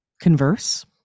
converse